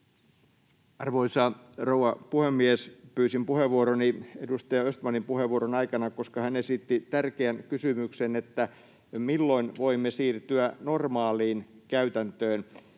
Arvoisa rouva puhemies! Pyysin puheenvuoroni edustaja Östmanin puheenvuoron aikana, koska hän esitti tärkeän kysymyksen, että milloin voimme siirtyä normaaliin käytäntöön.